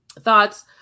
thoughts